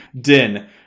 din